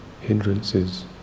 hindrances